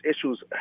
issues